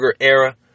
era